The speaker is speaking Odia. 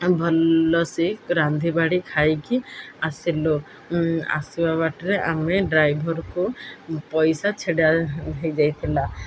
ଭଲସେ ରାନ୍ଧିବାଢ଼ି ଖାଇକି ଆସିଲୁ ଆସିବା ବାଟରେ ଆମେ ଡ୍ରାଇଭର୍କୁ ପଇସା ଛିଡ଼ା ହୋଇଯାଇଥିଲା